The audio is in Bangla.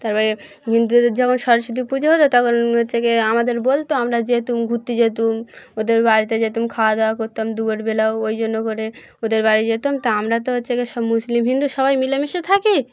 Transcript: তারপরে হিন্দুদের যখন সরস্বতী পুজো হতো তখন হচ্ছে গিয়ে আমাদের বলতো আমরা যেতুম ঘুরতে যেতুম ওদের বাড়িতে যেতুম খাওয়া দাওয়া করতাম দু আধবেলা ওই জন্য করে ওদের বাড়ি যেতাম তা আমরা তো হচ্ছে গিয়ে সব মুসলিম হিন্দু সবাই মিলেমিশে থাকি